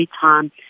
time